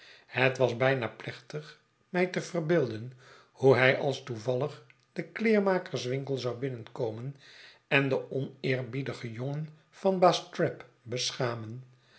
het was bijna plechtig mij te verbeelden hoe hij als toevallig den kleermakerswinkel zou binnenkomen en den oneerbiedigen jongen van baas trabb beschamen